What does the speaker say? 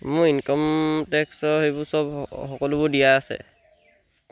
মোৰ ইনকাম টেক্সৰ সেইবোৰ চব সকলোবোৰ দিয়া আছে